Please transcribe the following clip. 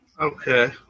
Okay